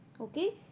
okay